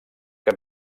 que